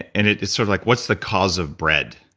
and it's it's sort of like, what's the cause of bread?